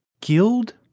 guild